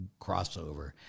crossover